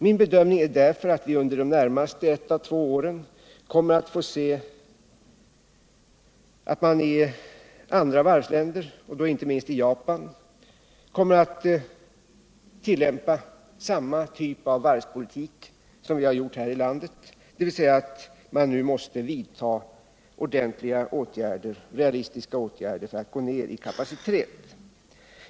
Min bedömning är därför att vi under de närmaste ett å två åren kommer att få se att man i andra varvsländer, inte minst i Japan, kommer att tillämpa samma typ av varvspolitik som här i landet, dvs. att man måste vidta realistiska åtgärder för att gå ned i kapacitet.